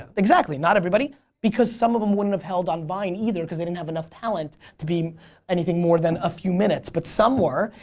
ah exactly. not everybody because some of them would and held on vine either because it didn't have enough talent to be anything more than a few minutes but some were.